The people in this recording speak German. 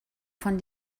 von